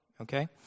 Okay